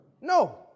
No